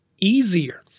easier